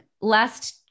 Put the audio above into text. Last